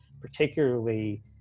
particularly